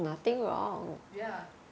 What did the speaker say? ya